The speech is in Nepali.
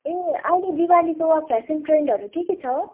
ए अहिले दिवालीको फ्यासन ट्रेन्डहरू केके छ